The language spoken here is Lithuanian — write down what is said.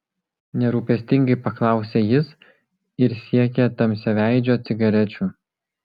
nerūpestingai paklausė jis ir siekė tamsiaveidžio cigarečių